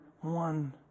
one